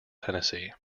tennessee